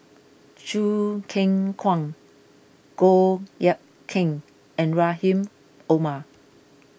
Choo Keng Kwang Goh Eck Kheng and Rahim Omar